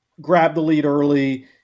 grab-the-lead-early